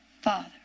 Father